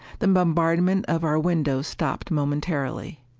the bombardment of our windows stopped momentarily.